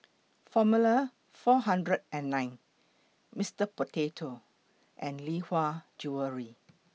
Formula four hundred and nine Mister Potato and Lee Hwa Jewellery